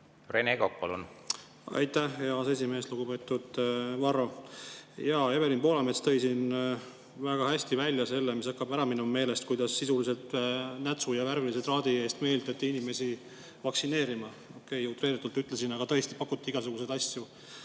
Rene Kokk, palun! Aitäh, hea aseesimees! Lugupeetud Varro! Jaa, Evelin Poolamets tõi siin väga hästi välja selle, mis hakkab meelest ära minema: kuidas sisuliselt nätsu ja värvilise traadiga meelitati inimesi vaktsineerima. Okei, utreeritult ütlesin, aga tõesti pakuti igasuguseid asju.